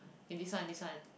eh this one this one